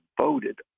voted